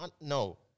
No